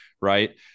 right